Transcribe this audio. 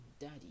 daddy